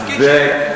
זה התפקיד שלי.